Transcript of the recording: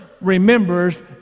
remembers